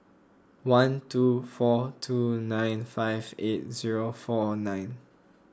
one two four two nine five eight zero four nine